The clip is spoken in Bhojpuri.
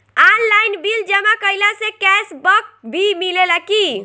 आनलाइन बिल जमा कईला से कैश बक भी मिलेला की?